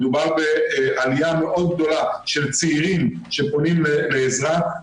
מדובר בעליה מאוד גדולה של צעירים שפונים לעזרה,